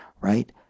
Right